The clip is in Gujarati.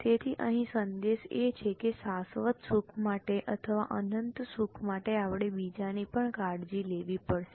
તેથી અહીં સંદેશ એ છે કે શાસ્વત સુખ માટે અથવા અનંત સુખ માટે આપણે બીજાની પણ કાળજી લેવી પડશે